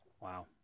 Wow